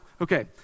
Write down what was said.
Okay